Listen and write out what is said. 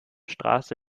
straße